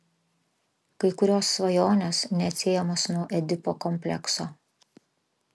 kai kurios svajonės neatsiejamos nuo edipo komplekso